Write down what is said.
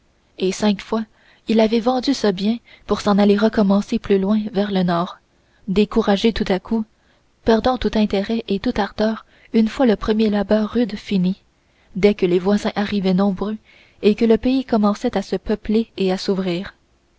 et cinq fois il avait vendu ce bien pour s'en aller recommencer plus loin vers le nord découragé tout à coup perdant tout intérêt et toute ardeur une fois le premier labeur rude fini dès que les voisins arrivaient nombreux et que le pays commençait à se peupler et à s'ouvrir